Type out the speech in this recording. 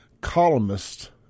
columnist